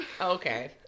okay